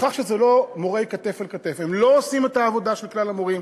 בכך שזה לא מורי כתף אל כתף: הם לא עושים את העבודה של כלל המורים,